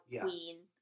queen